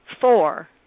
four